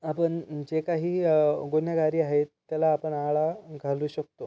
आपन जे काही गुन्हेगारी आहेत त्याला आपण आळा घालू शकतो